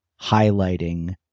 highlighting